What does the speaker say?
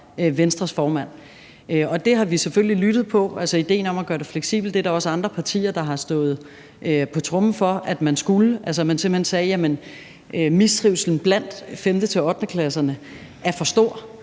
Venstres formand. Det har vi selvfølgelig lyttet til, altså idéen om at gøre det fleksibelt. Det er der også andre partier, der har slået på tromme for at man skulle, og at man simpelt hen sagde, at mistrivslen blandt 5.-8.-klasserne er for stor.